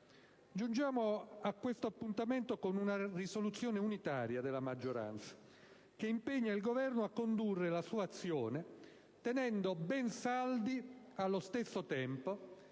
Giungiamo a questo appuntamento con una risoluzione unitaria della maggioranza, che impegna il Governo a condurre la sua azione, tenendo ben saldi allo stesso tempo